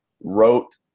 wrote